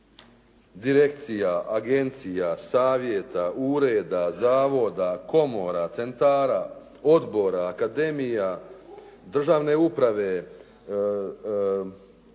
direkcija, agencija, savjeta, ureda, zavoda, komora, centara, odbora, akademija, državne uprave,